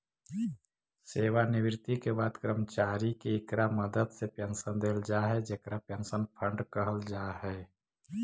सेवानिवृत्ति के बाद कर्मचारि के इकरा मदद से पेंशन देल जा हई जेकरा पेंशन फंड कहल जा हई